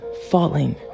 falling